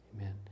amen